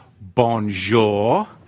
bonjour